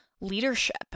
leadership